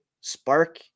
spark